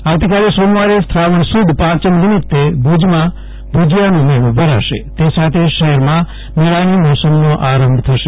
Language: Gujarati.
ભુજીયાનો મેળી આવતીકાલે સોમવારે શ્રાવણ સુદ પાંચમ નિમિતે ભુજમાં ભુજીયાનો મેળો ભરાશે તે સાથે શફેરમાં મેળાની મોસમનો આરંભ થશે